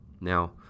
Now